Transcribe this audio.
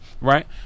right